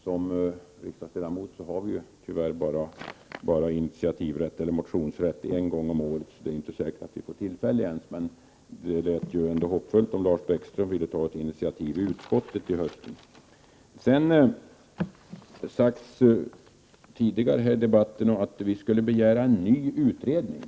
Som riksdagsledamot har man tyvärr bara motionsrätt en gång om året. Det är inte säkert att vi ens får tillfälle att avge motioner, men det lät ändå hoppfullt att Lars Bäckström ville ta ett initiativ i utskottet till hösten. Det har tidigare i debatten sagts att vi reservanter begär en ny utredning.